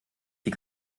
die